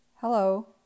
Hello